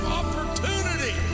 opportunity